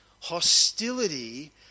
Hostility